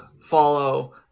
follow